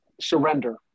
surrender